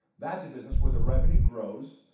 that's a business where the revenue grows,